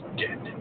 dead